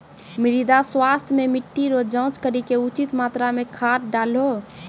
मृदा स्वास्थ्य मे मिट्टी रो जाँच करी के उचित मात्रा मे खाद डालहो